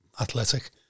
Athletic